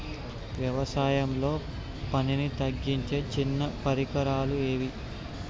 వ్యవసాయంలో పనిని తగ్గించే చిన్న పరికరాలు ఏవి?